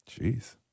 Jeez